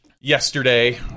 yesterday